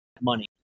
money